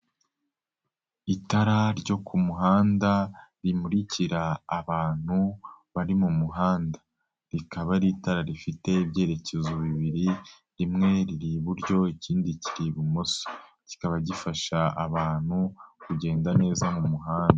Itara ryo ku muhanda rimurikira abantu bari mu muhanda, rikaba ari itara rifite ibyerekezo bibiri rimwe riri iburyo ikindi kiri ibumoso, kikaba gifasha abantu kugenda neza mu muhanda.